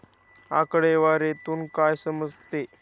आकडेवारीतून काय समजते?